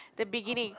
the beginning